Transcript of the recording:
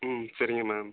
ம் சரிங்க மேம்